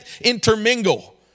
intermingle